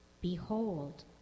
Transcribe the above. Behold